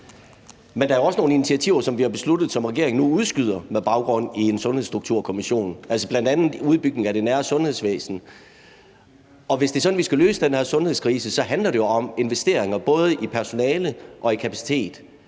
Der er også nogle initiativer, som vi har besluttet, men som regeringen nu udskyder med baggrund i en sundhedsstrukturkommission, altså bl.a. udbygningen af det nære sundhedsvæsen. Hvis det er sådan, vi skal løse den her sundhedskrise, handler det jo om investeringer både i personale og i kapacitet.